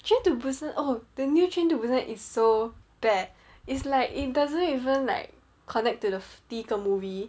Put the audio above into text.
train to busa~ oh the new train to busan is so bad it's like it doesn't even like connect to the 第一个 movie